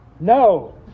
No